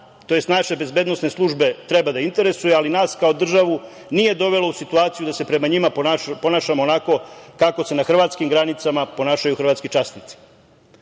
tj. naše bezbednosne službe treba da interesuje, ali nas kao državu nije dovelo u situaciju da se prema njima ponašamo onako kako se na hrvatskim granicama ponašaju hrvatski časnici.